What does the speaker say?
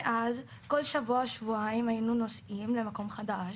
מאז, כל שבוע שבועיים היינו נוסעים למקום חדש,